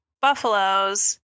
buffaloes